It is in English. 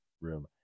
room